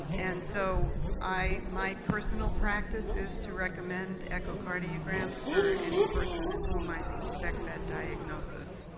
and so i my personal practice is to recommend echocardiograms for any person in whom i suspect that diagnosis